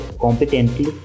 competently